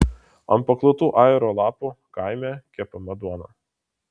ant paklotų ajero lapų kaime kepama duona